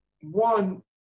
one